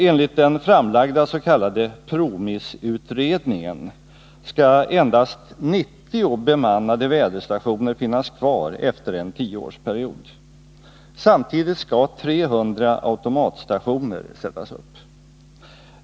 Enligt den framlagda s.k. PROMIS-utredningen skall endast 90 bemannade väderstationer finnas kvar efter en tioårsperiod. Samtidigt skall 300 automatstationer sättas upp.